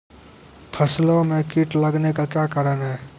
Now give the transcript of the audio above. फसलो मे कीट लगने का क्या कारण है?